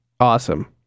Awesome